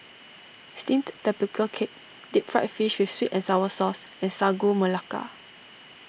Steamed Tapioca Cake Deep Fried Fish with Sweet and Sour Sauce and Sagu Melaka